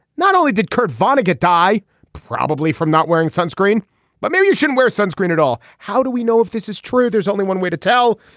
not only did kurt vonnegut die probably from not wearing sunscreen but maybe you should wear sunscreen at all how do we know if this is true. there's only one way to tell.